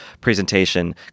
presentation